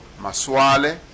Maswale